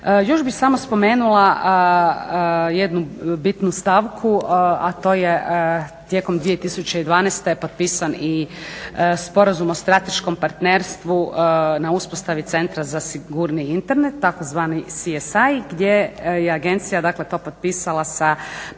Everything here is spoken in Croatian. Još bih samo spomenula jednu bitnu stavku, a to je tijekom 2012. je potpisan i Sporazum o strateškom partnerstvu na uspostavi Centra za sigurniji Internet, tzv. CSI gdje je Agencija, dakle to potpisala sa partnerima,